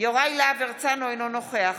יוראי להב הרצנו, אינו נוכח